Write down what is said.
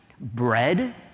bread